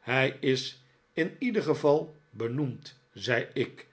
hij is in ieder geval benoemd zei ik